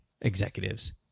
executives